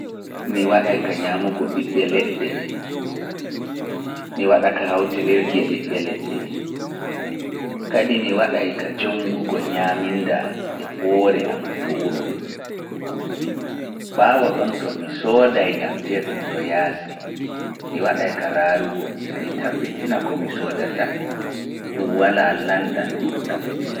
Mi waɗa ka ñaamugo ɓiɓɓe leɗɗe, mi waɗa ka hawtinirki e ɓiɓɓe leɗɗe, kadi mi waɗa ka jooŋgugo ñaaminda am e hoore am to wuro. Ɓaawo ɗon to mi sooday ñamtee ɗum to yaasi, mi waɗa ka raarugo, mi tabbitina ko mi soodata, ɗum walaa lanɗam ɗuuɗɗam.